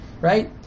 right